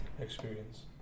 experience